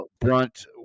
Brunt